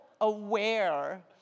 aware